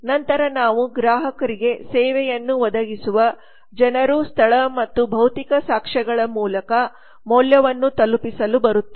ನಂತರ ನಾವು ಗ್ರಾಹಕರಿಗೆ ಸೇವೆಯನ್ನು ಒದಗಿಸುವ ಜನರು ಸ್ಥಳ ಮತ್ತು ಭೌತಿಕ ಸಾಕ್ಷ್ಯಗಳ ಮೂಲಕ ಮೌಲ್ಯವನ್ನು ತಲುಪಿಸಲು ಬರುತ್ತೇವೆ